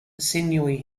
sinewy